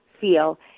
feel